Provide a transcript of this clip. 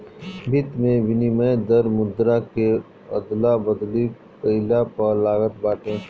वित्त में विनिमय दर मुद्रा के अदला बदली कईला पअ लागत बाटे